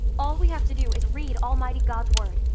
all we have to do is read almighty god's word,